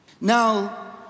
Now